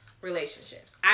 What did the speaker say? relationships